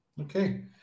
okay